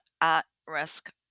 at-risk